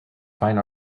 fine